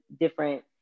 different